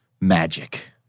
magic